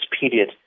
period